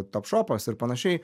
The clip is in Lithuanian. topšopas ir panašiai